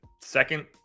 second